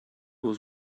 was